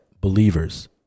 believers